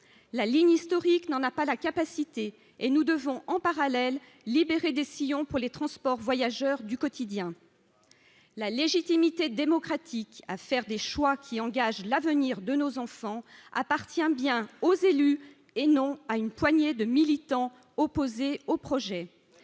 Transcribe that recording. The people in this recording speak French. la ligne historique n'en a pas la capacité, et nous devons en parallèle libérer des sillons pour les transports voyageurs du quotidien la légitimité démocratique à faire des choix qui engagent l'avenir de nos enfants appartient bien aux élus et non à une poignée de militants opposés au projet,